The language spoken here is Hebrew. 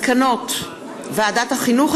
מסקנות ועדת החינוך,